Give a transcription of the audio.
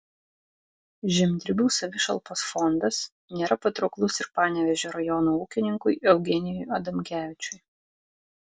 žemdirbių savišalpos fondas nėra patrauklus ir panevėžio rajono ūkininkui eugenijui adamkevičiui